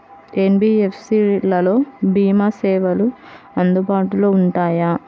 NBFC లలో భీమా సేవలు అందుబాటులో ఉంటాయా?